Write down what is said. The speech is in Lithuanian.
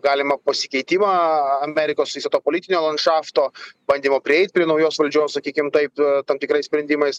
galimą pasikeitimą a amerikos viso to politinio landšafto bandymo prieit prie naujos valdžios sakykim taip tam tikrais sprendimais